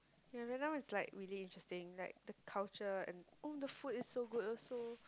ya there now is like really interesting like the culture and oh the food is so good also